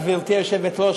גברתי היושבת-ראש,